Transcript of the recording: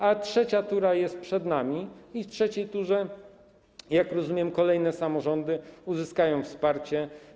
A trzecia tura jest przed nami i w trzeciej turze, jak rozumiem, kolejne samorządy uzyskają wsparcie.